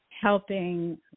helping